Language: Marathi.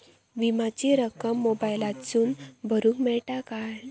विमाची रक्कम मोबाईलातसून भरुक मेळता काय?